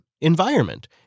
environment